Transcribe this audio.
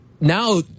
now